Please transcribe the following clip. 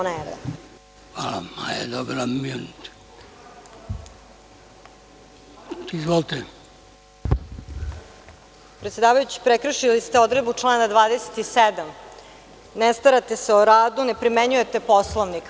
Predsedavajući, prekršili ste odredbu člana 27. - ne starate se o radu, ne primenjujete Poslovnik.